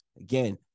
Again